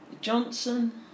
Johnson